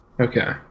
Okay